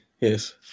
yes